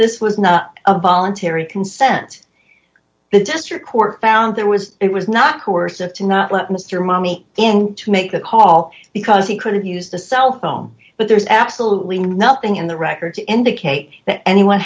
this was not a bollen terry consent the district court found there was it was not who are said to not let mr money in to make the call because he could have used a cell phone but there's absolutely nothing in the record to indicate that anyone